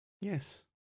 Yes